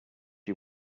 you